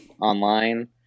Online